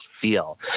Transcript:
feel